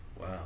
wow